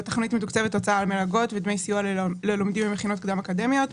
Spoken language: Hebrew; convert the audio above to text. בתוכנית מתוקצבת הוצאה על מלגות ודמי סיוע ללומדים במכינות קדם-אקדמיות,